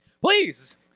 Please